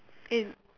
eh